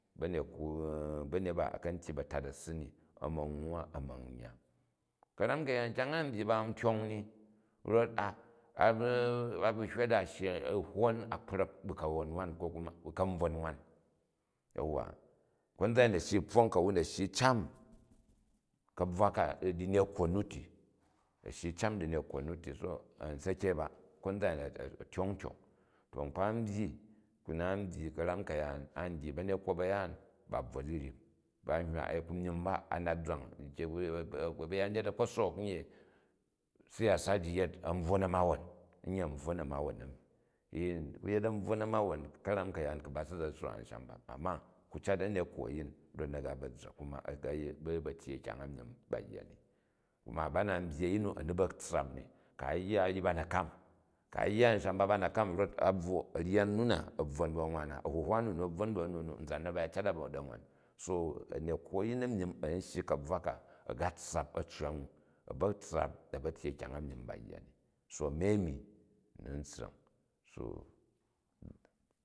Ba̱nekwo, ba̱nyet ba, a̱ ka̱ ba̱tat a̱ssi ni, a̱ma nwwa, a̱ ma̱ yya. Ka̱ram ka̱yaan, kyang n byyi ba n tgong ni, rot a, a ni ba ba hywa di a shyi u hwwon a kpra̱k bu ka̱won nwan ko kuma bu ka̱nbvon nwan, yanva, konzan ayi a̱ shyi u pfong ka̱wun, a̱ shyi u cain ka̱bvwa ka, dinekwo nu ti, a̱ shyi u̱ can dinekwo nu tri so a̱n sa̱ke ba, kozzan a̱yin a tyong tyong to nkpa n byyi, ku na n byyi ka̱ran ka̱yaan, an dyi banekwo ba̱yaan ba bvwot riryim ba hywa ee ku nujin ba a nat zwang ba̱yanyet a̱ kpo sook nye siyasa ji yet a̱nbrwo na̱ mawon nye a̱nbrwo namawon ani. Ee ku yet a̱nbvwo na̱won ka̱ram kayaran ku̱ ba si za̱ sook ansham ba amma ku cat a̱nekwo a̱yin rot na̱ ga ba̱ zza̱k kuma a̱ ga ba tyyei kyang a mijim ba yya ni. Kumma ba na ni byyi a̱yin nu a̱ ni ba̱ tssap ni ku̱ a yya, a ryi ba na̱ kam, ku a yya ansham ba, ba na̱ kam rot a bvwo a̱rya nu na, a̱ tsowon bu a̱n wwan na, a̱huhwa nwan wu a̱ bvwon bu a̱nu nu, anzan na bai cat a da̱ nwan. So a̱nekwo a̱yin a̱n myim a̱n shyi ka̱brwa ka, aga tssap a̱ccway u, a̱ ba̱ tssap a̱ ba̱ tyyei kajang a mijim ba yya ni so a̱mi ami nni n ssa̱ng.